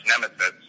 nemesis